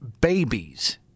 babies